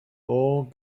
all